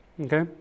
Okay